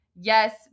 yes